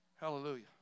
Hallelujah